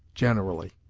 generally,